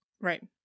Right